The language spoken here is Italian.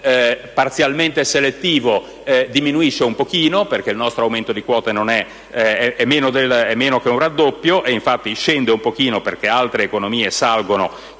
aumento parzialmente selettivo, diminuisce un pochino, perché il nostro aumento di quote è meno che un raddoppio, e infatti scende un pochino perché altre economie salgono,